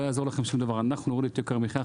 לא יעזור לכם שום דבר, אנחנו נוריד את יוקר המחיה.